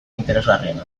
interesgarriena